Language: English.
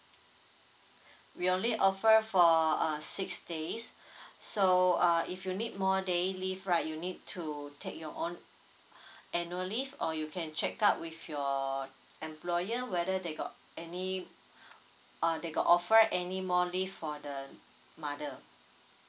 we only offer for uh six days so uh if you need more day leave right you need to take your own annual leave or you can check out with your employer whether they got any uh they got offer any more leave for the mother